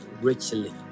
richly